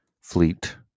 fleet